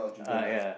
uh yeah